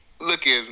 looking